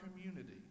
community